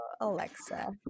Alexa